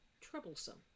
troublesome